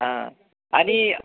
हा आणि